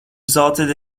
resulted